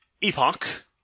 epoch